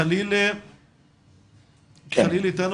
חליל חומיידי איתנו?